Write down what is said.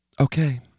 Okay